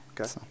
okay